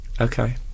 Okay